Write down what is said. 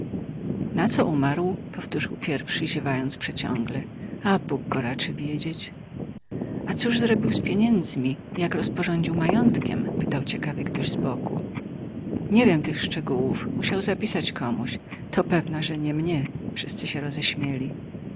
na co umarł powtórzył pierwszy ziewając przeciągle a bóg go raczy wiedzieć a cóż zrobił z pieniędzmi jak rozporządził majątkiem pytał ciekawie ktoś z boku nie wiem tych szczegółów musiał zapisać komuś to pewna że nie mnie wszyscy się rozśmieli